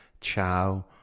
Ciao